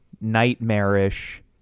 nightmarish